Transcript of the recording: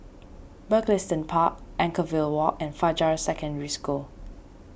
Mugliston Park Anchorvale Walk and Fajar Secondary School